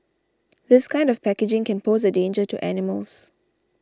this kind of packaging can pose a danger to animals